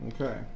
Okay